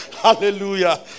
Hallelujah